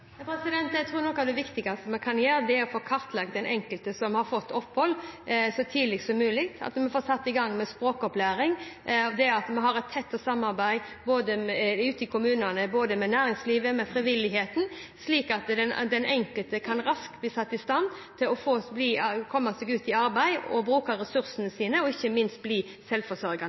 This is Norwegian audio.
Jeg tror noe av det viktigste vi kan gjøre, er å få kartlagt den enkelte som har fått opphold, så tidlig som mulig, at vi får satt i gang med språkopplæring, at vi har et tett samarbeid ute i kommunene både med næringslivet og med frivilligheten, slik at den enkelte raskt kan bli satt i stand til å komme seg ut i arbeid og bruke ressursene